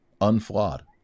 unflawed